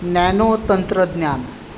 nano तंत्रज्ञान